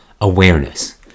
awareness